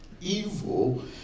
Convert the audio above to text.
evil